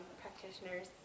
practitioners